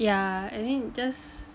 yeah and then just